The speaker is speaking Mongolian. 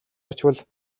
очвол